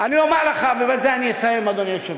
אומר לך, ובזה אסיים, אדוני היושב-ראש,